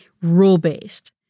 rule-based